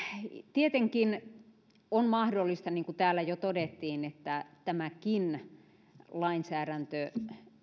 tietenkin on mahdollista niin kuin täällä jo todettiin että tämäkin lainsäädäntö